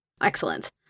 Excellent